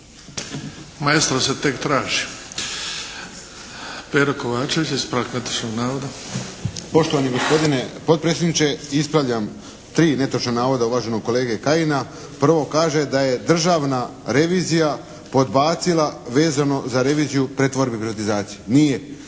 Maestro se tek traži. Pero Kovačević, ispravak netočnog navoda. **Kovačević, Pero (HSP)** Poštovani gospodine potpredsjedniče, ispravljam tri netočna navoda uvaženog kolege Kajina. Prvo kaže da je državna revizija podbacila vezano za reviziju pretvorbe i privatizacije. Nije.